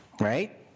right